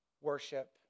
worship